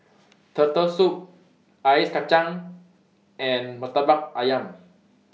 Turtle Soup Ice Kachang and Murtabak Ayam